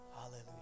Hallelujah